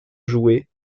jouer